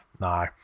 No